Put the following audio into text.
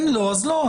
אם לא אז לא.